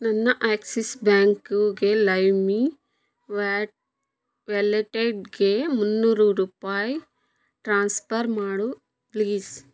ನನ್ನ ಆಕ್ಸಿಸ್ ಬ್ಯಾಂಕಿಗೆ ಲೈಮಿ ವ್ಯಾಟ್ ವ್ಯಾಲೆಟೆಡ್ಗೆ ಮುನ್ನೂರು ರೂಪಾಯಿ ಟ್ರಾನ್ಸ್ಫರ್ ಮಾಡು ಪ್ಲೀಸ್